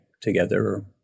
together